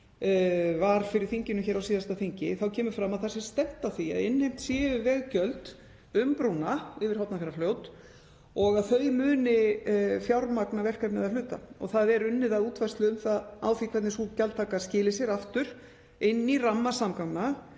lá fyrir þinginu hér á síðasta þingi kemur fram að stefnt sé að því að innheimt séu veggjöld um brúna yfir Hornafjarðarfljót og að þau muni fjármagna verkefnið að hluta. Það er unnið að útfærslu á því hvernig sú gjaldtaka skili sér aftur inn í ramma samgangna